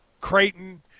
Creighton